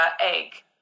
egg